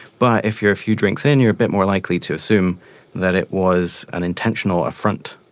but if you are a few drinks in, you are a bit more likely to assume that it was an intentional affront.